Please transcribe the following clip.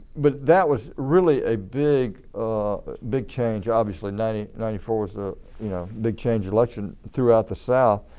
but that was really a big big change obviously ninety ninety four was a you know big change in elections throughout the south.